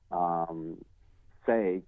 Say